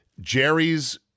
Jerry's